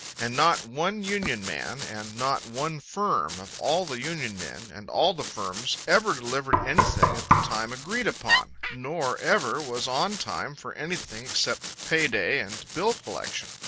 and not one union man and not one firm of all the union men and all the firms ever delivered anything at the time agreed upon, nor ever was on time for anything except pay-day and bill-collection.